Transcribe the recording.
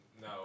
No